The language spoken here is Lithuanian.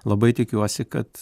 labai tikiuosi kad